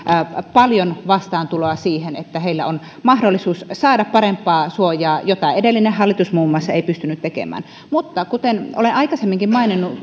paljon vastaantuloa niin että heillä on mahdollisuus saada parempaa suojaa jota muun muassa edellinen hallitus ei pystynyt tekemään mutta kuten olen aikaisemminkin maininnut